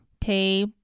pay